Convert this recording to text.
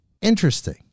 Interesting